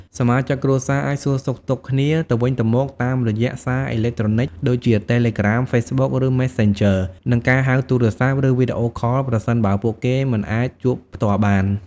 សមាជិកគ្រួសារអាចសួរសុខទុក្ខគ្នាទៅវិញទៅមកតាមរយៈសារអេឡិចត្រូនិចដូចជា តេឡេក្រាម, ហ្វេសប៊ុក ឬ ម៉េសសេនជឺ និងការហៅទូរស័ព្ទ ឬវីដេអូខលប្រសិនបើពួកគេមិនអាចជួបផ្ទាល់បាន។